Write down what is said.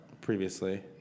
previously